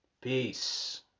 peace